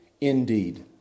indeed